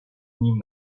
ним